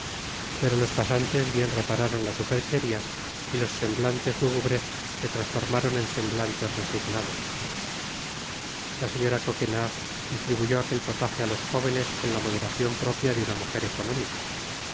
pero los pasantes bien repararon la supercheria y los semblantes lúgubres se transformaron en semblantes resignados la señora coquenard distribuyó aquel potaje á los jóvenes con la moderacion propia de una mujer económica